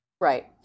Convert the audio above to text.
Right